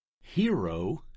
Hero